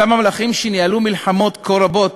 אותם המלכים, שניהלו מלחמות כה רבות